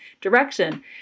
direction